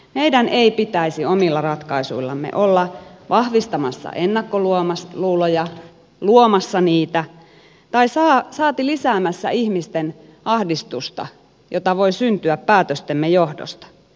meidän ei pitäisi omilla ratkaisuillamme olla vahvistamassa ennakkoluuloja luomassa niitä saati lisäämässä ihmisten ahdistusta jota voi syntyä päätöstemme johdosta